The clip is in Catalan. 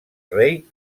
rei